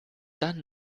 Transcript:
dann